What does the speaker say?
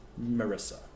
marissa